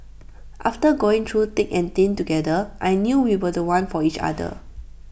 after going through thick and thin together I knew we were The One for each other